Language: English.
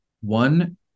one